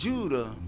Judah